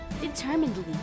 determinedly